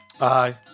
aye